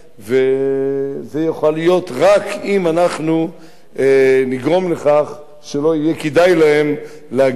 וזה יוכל להיות רק אם אנחנו נגרום לכך שלא יהיה כדאי להם להגיע לפה,